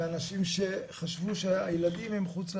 ואנשים שחשבו שהילדים הם מחוץ,